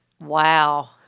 Wow